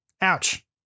Ouch